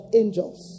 angels